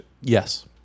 Yes